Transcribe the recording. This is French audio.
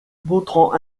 montrant